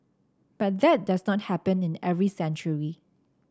but that does not happen in every century